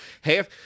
Half